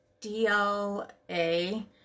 DLA